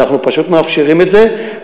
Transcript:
אנחנו פשוט מאפשרים את זה,